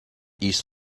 east